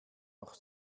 noch